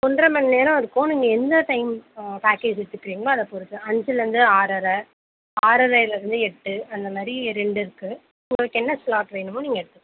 ஒன்றரை மணிநேரம் இருக்கும் நீங்கள் எந்த டைமுக்கு பேக்கேஜ் வச்சுருக்கிறீங்களோ அதை பொறுத்து அஞ்சில் இருந்து ஆறரை ஆறரையில் இருந்து எட்டு அந்த மாதிரி ரெண்டு இருக்குது உங்களுக்கு என்ன ஸ்லாட் வேணுமோ நீங்கள் எடுத்துக்கலாம்